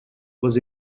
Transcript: was